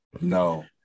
no